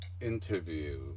interview